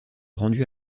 rendue